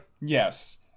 yes